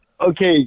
okay